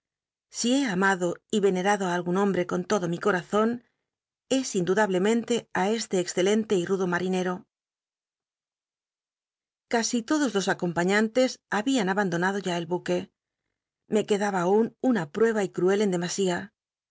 he amado y venerado a algún hombre con lodo mi corazón es indudablemente a este excelente y rudo marinero la casi todos los acompañantes habían abandonado ya el buque me tuedaba aun una prueba y cruel en dcma